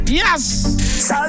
yes